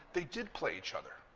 they did play each other.